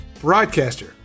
broadcaster